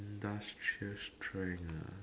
industrial strength ah